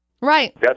Right